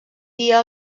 dia